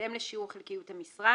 בהתאם לשיעור חלקיות המשרה,